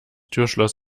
türschloss